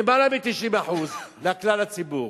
יותר מ-90% לכלל הציבור,